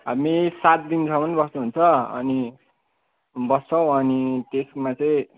हामी सात दिनसम्म बस्नुहुन्छ अनि बस्छौँ अनि त्यसमा चाहिँ